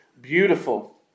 beautiful